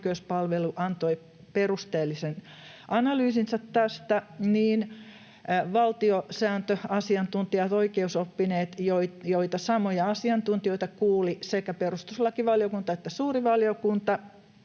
oikeuspalvelu antoi perusteellisen analyysinsä tästä, niin valtiosääntöasiantuntijat, oikeusoppineet, joita samoja asiantuntijoita kuulivat sekä perustuslakivaliokunta että suuri valiokunta,